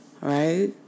right